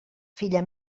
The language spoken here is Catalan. filla